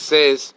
Says